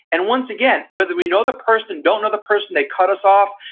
and once again, whether we know the person, don't know the person, they cut us off.